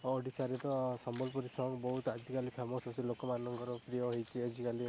ଓଡ଼ିଶାରେ ତ ସମ୍ବଲପୁରୀ ସଙ୍ଗ୍ ବହୁତ ଆଜିକାଲି ଫେମସ୍ ଲୋକମାନଙ୍କର ପ୍ରିୟ ହେଇଛି ଆଜିକାଲି